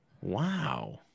Wow